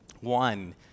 One